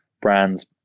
brands